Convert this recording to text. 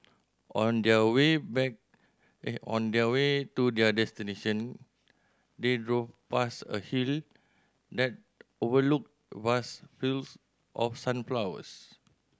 on there way back on there way to their destination they drove past a hill that overlooked vast fields of sunflowers